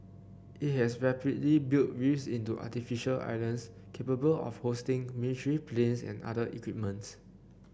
it has rapidly built reefs into artificial islands capable of hosting military planes and other equipments